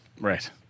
Right